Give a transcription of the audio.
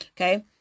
Okay